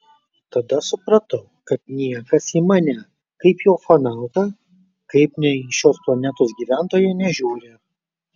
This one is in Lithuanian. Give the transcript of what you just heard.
tada supratau kad niekas į mane kaip į ufonautą kaip ne į šios planetos gyventoją nežiūri